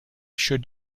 should